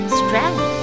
strength